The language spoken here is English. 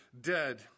dead